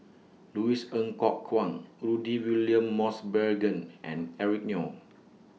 Louis Ng Kok Kwang Rudy William Mosbergen and Eric Neo